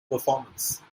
performance